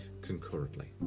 concurrently